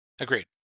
Agreed